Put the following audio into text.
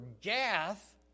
Gath